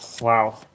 Wow